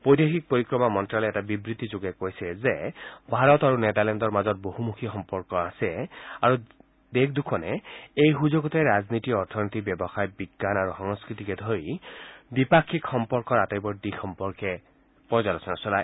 বৈদেশিক পৰিক্ৰমা মন্তালয়ে এটা বিবৃতিযোগে কৈছে যে ভাৰত আৰু নেডাৰলেণ্ডৰ মাজত বহুমুখি সম্পৰ্ক আছে আৰু দেশে দুখনে এই সুযোগতে ৰাজনীতি অথনীতি ব্যৱসায় বিজ্ঞান আৰু সংস্কৃতিকে ধৰি দ্বিপাক্ষিক সম্পৰ্কৰ আটাইবোৰ দিশ সম্পৰ্কে পৰ্যালোচনা চলায়